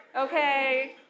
Okay